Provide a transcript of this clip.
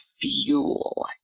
fuel